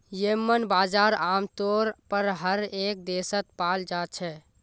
येम्मन बजार आमतौर पर हर एक देशत पाल जा छे